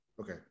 Okay